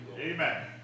Amen